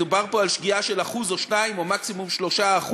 מדובר פה על שגיאה של 1%, 2% או מקסימום 3%,